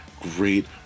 great